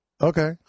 Okay